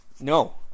no